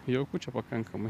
jauku čia pakankamai